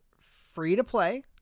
free-to-play